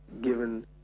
given